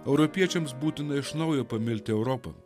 europiečiams būtina iš naujo pamilti europą